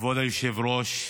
כבוד היושב-ראש,